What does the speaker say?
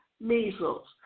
measles